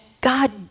God